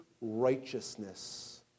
righteousness